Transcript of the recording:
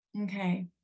okay